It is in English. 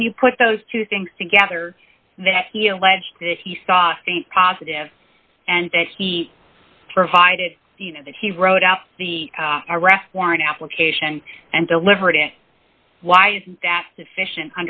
when you put those two things together that he alleged positive that he provided you know that he wrote out the arrest warrant application and delivered it why is that sufficient